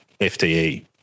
FTE